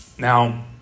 Now